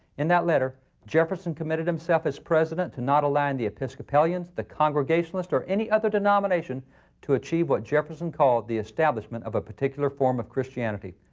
in that letter, jefferson committed himself as president to not align the episcopalians, the congregationalists, or any other denomination to achieve what jefferson called the establishment of a particular form of christianity.